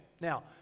Now